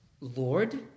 Lord